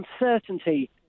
uncertainty